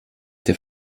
der